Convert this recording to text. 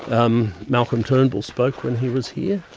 um malcolm turnbull spoke when he was here.